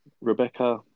Rebecca